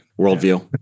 worldview